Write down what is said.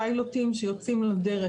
הפיילוטים שיוצאים לדרך.